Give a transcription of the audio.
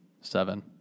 Seven